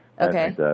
Okay